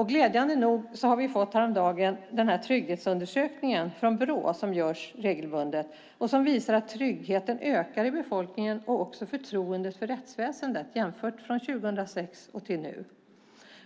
Häromdagen fick vi glädjande nog en trygghetsundersökning från Brå som görs regelbundet. Den visar att tryggheten hos befolkningen har ökat från 2006 till nu, liksom förtroendet för rättsväsendet.